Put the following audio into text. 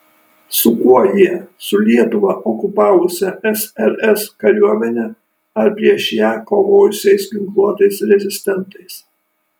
su kuo jie su lietuvą okupavusia ssrs kariuomene ar prieš ją kovojusiais ginkluotais rezistentais